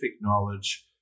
knowledge